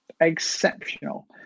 Exceptional